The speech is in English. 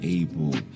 able